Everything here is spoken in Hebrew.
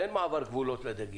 הרי אין מעבר גבולות לדגים.